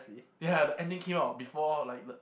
yeah the ending came out before like the